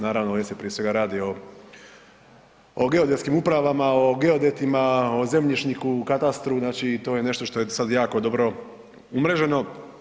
Naravno, ovdje se prije svega radi o, o geodetskim upravama, o geodetima, o zemljišniku, o katastru, znači to je nešto što je sad jako dobro umreženo.